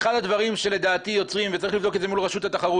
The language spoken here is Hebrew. אחד הדברים שיוצרים - ויש לבדוק את זה מול רשות התחרות